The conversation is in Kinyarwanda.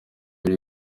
biri